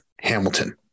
hamilton